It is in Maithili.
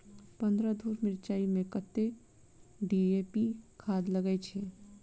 पन्द्रह धूर मिर्चाई मे कत्ते डी.ए.पी खाद लगय छै?